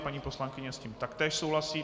Paní poslankyně s tím také souhlasí.